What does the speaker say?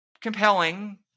compelling